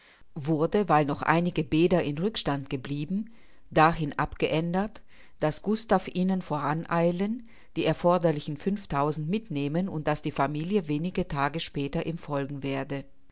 wurde weil noch einige bäder in rückstand blieben dahin abgeändert daß gustav ihnen voran eilen die erforderlichen fünftausend mit nehmen und daß die familie wenige tage später ihm folgen werde